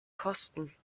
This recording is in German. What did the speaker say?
kosten